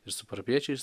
ir su parapijiečiais